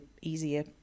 easier